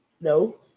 No